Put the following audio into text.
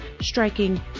striking